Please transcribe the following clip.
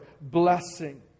blessing